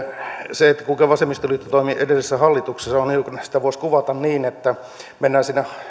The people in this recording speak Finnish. se kuinka vasemmistoliitto toimi edellisessä hallituksessa on hiukan kuin sitä voisi kuvata niin että mennään